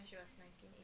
mm